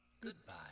Goodbye